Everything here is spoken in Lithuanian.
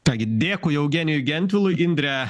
ką gi dėkui eugenijui gentvilui indre